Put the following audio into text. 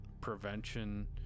prevention